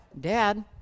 dad